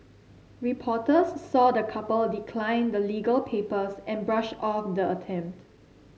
reporters saw the couple decline the legal papers and brush off the attempt